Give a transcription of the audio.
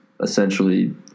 essentially